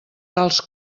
tals